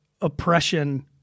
oppression